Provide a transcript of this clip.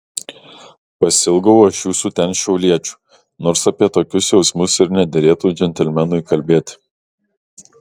pasiilgau aš jūsų ten šiauliečių nors apie tokius jausmus ir nederėtų džentelmenui kalbėti